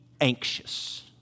anxious